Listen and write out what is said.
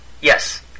Yes